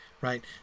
right